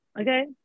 Okay